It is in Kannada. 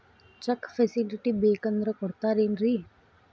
ಚೆಕ್ ಫೆಸಿಲಿಟಿ ಬೇಕಂದ್ರ ಕೊಡ್ತಾರೇನ್ರಿ?